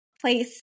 place